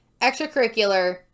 Extracurricular